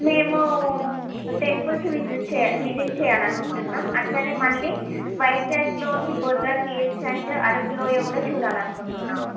మేమూ temples visit చే visit చేయాలనుకుంటున్నాము అలానే మళ్ళీ వైజాగ్లోని బొర్రా కేవ్స్ అండ్ అరకు లోయ కూడా చూడాలనుకుంటున్నాము